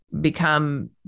become